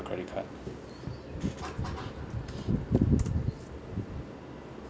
credit card